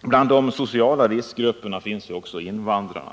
Bland de sociala riskgrupperna finns också invandrarna.